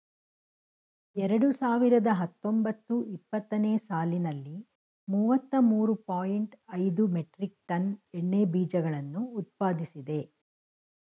ಎರಡು ಸಾವಿರದ ಹತ್ತೊಂಬತ್ತು ಇಪ್ಪತ್ತನೇ ಸಾಲಿನಲ್ಲಿ ಮೂವತ್ತ ಮೂರು ಪಾಯಿಂಟ್ ಐದು ಮೆಟ್ರಿಕ್ ಟನ್ ಎಣ್ಣೆ ಬೀಜಗಳನ್ನು ಉತ್ಪಾದಿಸಿದೆ